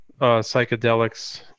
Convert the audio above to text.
psychedelics